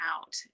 out